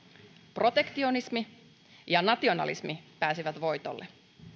protektionismi ja nationalismi pääsivät voitolle